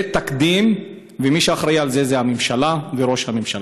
זה תקדים, ומי שאחראי לזה זה הממשלה וראש הממשלה.